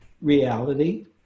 reality